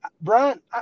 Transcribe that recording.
Brian